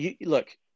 look